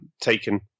taken